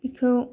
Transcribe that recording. बेखौ